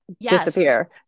Disappear